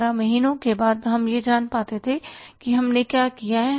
12 महीनों के बाद हम यह जान पाते थे कि हमने क्या किया है